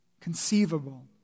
conceivable